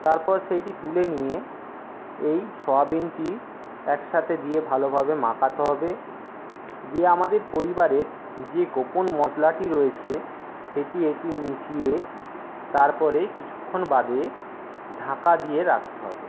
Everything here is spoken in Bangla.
তারপর সেইটি তুলে নিয়ে এই সোয়াবিনটি একসাথে দিয়ে ভালোভাবে মাখাতে হবে দিয়ে আমাদের পরিবারের যে গোপন মশলাটি রয়েছে সেটি একটি মিশিয়ে তারপরে কিছুক্ষণ বাদে ঢাকা দিয়ে রাখতে হবে